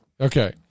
Okay